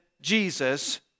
Jesus